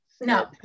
no